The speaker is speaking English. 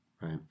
right